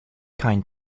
kind